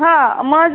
हां माझं